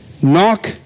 knock